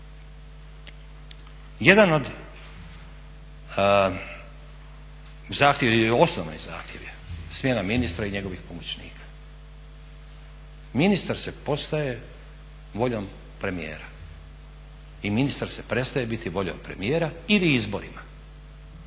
Jedan od zahtjeva ili osnovni zahtjev je smjena ministra i njegovih pomoćnika. Ministar se postaje voljom premijera i ministar se prestaje biti voljom premijera ili izborima,